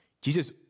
Jesus